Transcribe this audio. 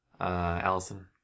Allison